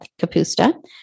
Capusta